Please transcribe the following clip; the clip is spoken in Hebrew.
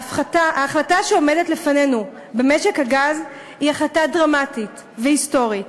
ההחלטה שעומדת לפנינו במשק הגז היא החלטה דרמטית והיסטורית,